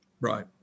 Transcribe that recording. Right